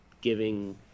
giving